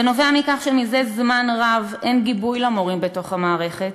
זה נובע מכך שזה זמן רב אין גיבוי למורים בתוך המערכת.